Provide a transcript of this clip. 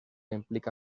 implica